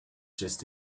just